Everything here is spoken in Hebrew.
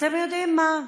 אתם יודעים מה,